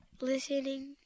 Listening